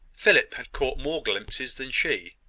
philip had caught more glimpses than she.